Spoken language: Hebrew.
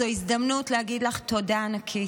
זו הזדמנות להגיד לך תודה ענקית.